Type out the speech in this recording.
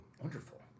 Wonderful